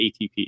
ATP